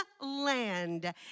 land